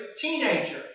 teenager